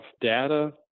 data